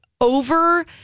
over